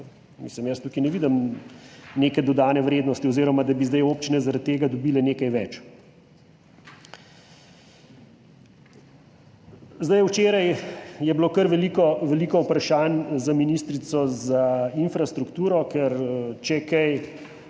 žep. Jaz tukaj ne vidim neke dodane vrednosti oziroma da bi zdaj občine zaradi tega dobile nekaj več. Včeraj je bilo kar veliko vprašanj za ministrico za infrastrukturo, ker, če kaj,